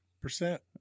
percent